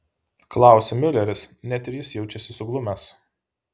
klausia miuleris net ir jis jaučiasi suglumęs